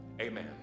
Amen